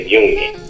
union